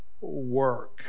work